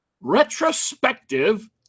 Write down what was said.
Retrospective